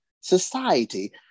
society